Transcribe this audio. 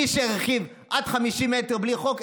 מי שהרחיב עד 50 מטר בלי חוק,